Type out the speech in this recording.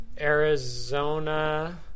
Arizona